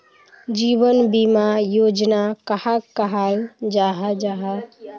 जीवन बीमा योजना कहाक कहाल जाहा जाहा?